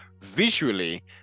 visually